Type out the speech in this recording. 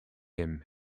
him